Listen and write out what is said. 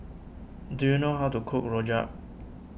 do you know how to cook Rojak